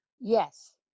Yes